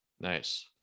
Nice